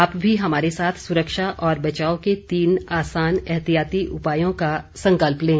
आप भी हमारे साथ सुरक्षा और बचाव के तीन आसान एहतियाती उपायों का संकल्प लें